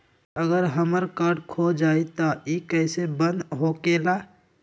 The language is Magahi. अगर हमर कार्ड खो जाई त इ कईसे बंद होकेला?